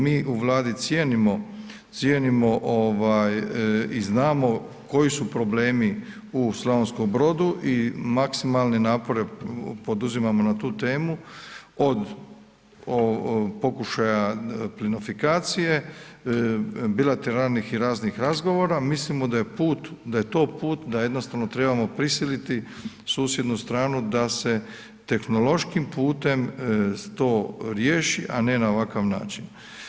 Mi u Vladi cijenimo i znamo koji su problemi u Slavonskom Brodu i maksimalne napore poduzimamo na tu temu, od pokušaja plinofikacije, bilateralnih i raznih razgovora, mislimo da je to put, da jednostavno trebamo prisiliti susjednu stranu da se tehnološkim putem to riješi, a ne na ovakav način.